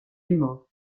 humain